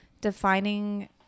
defining